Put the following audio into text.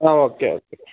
okay okay